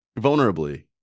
vulnerably